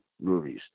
movies